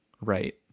right